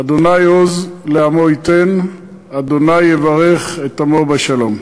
"ה עז לעמו יתן ה' יברך את עמו בשלום".